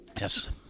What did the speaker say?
Yes